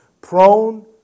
Prone